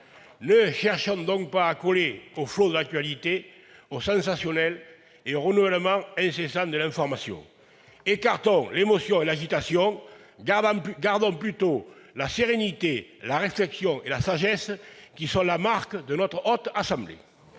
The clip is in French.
Ne cherchons donc pas à coller au flot de l'actualité, au sensationnel et au renouvellement incessant de l'information. Écartons l'émotion et l'agitation. Gardons plutôt la sérénité, la réflexion et la sagesse, qui sont la marque de notre Haute Assemblée.